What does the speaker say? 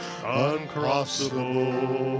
uncrossable